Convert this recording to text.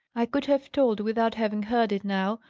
i could have told, without having heard it now,